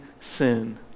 sin